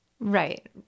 Right